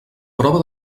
prova